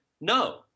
no